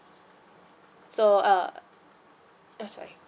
so uh uh sorry